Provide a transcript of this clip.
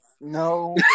no